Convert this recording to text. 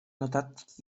notatnik